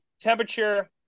Temperature